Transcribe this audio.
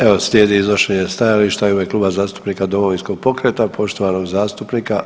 Evo slijedi iznošenje stajališta u ime Kluba zastupnika Domovinskog pokreta poštovanog zastupnika